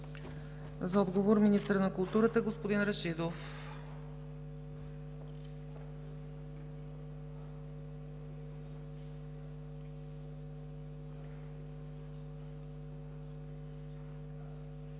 За отговор – министърът на културата господин Рашидов.